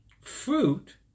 fruit